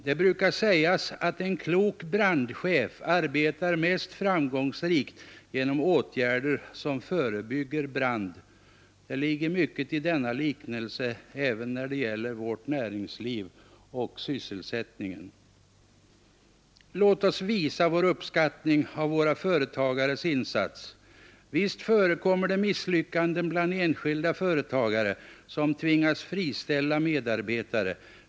Det brukar sägas att en klok brandchef arbetar mest framgångsrikt genom åtgärder som förebygger brand. Det ligger mycket i denna liknelse, även när det gäller vårt näringsliv och sysselsättningen. Låt oss visa vår uppskattning av våra företagares insats. Visst förekommer det misslyckanden bland enskilda företagare, som tvingas friställa medarbetare.